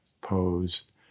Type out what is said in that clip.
posed